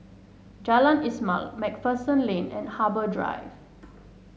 Jalan Ismail MacPherson Lane and Harbour Drive